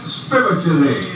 spiritually